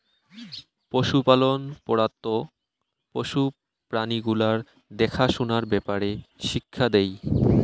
পশুপালন পড়াত পশু প্রাণী গুলার দ্যাখা সুনার ব্যাপারে শিক্ষা দেই